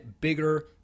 bigger